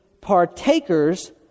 partakers